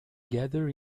gathered